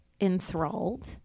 enthralled